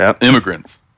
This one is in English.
immigrants